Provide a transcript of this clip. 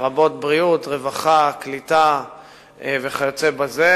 בריאות, רווחה, קליטה וחינוך,